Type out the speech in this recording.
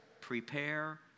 prepare